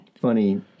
funny